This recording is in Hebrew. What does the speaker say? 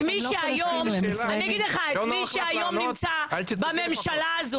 את מי שהיום נמצא בממשלה הזו